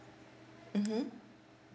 mmhmm